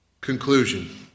Conclusion